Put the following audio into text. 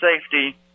safety